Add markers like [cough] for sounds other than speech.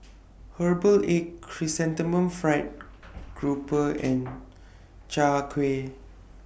Herbal Egg Chrysanthemum Fried Grouper and [noise] Chai Kuih